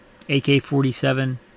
AK-47